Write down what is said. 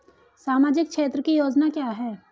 सामाजिक क्षेत्र की योजना क्या है?